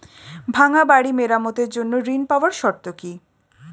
ভাঙ্গা বাড়ি মেরামতের জন্য ঋণ পাওয়ার শর্ত কি?